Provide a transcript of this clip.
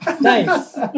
Nice